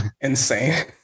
Insane